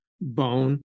bone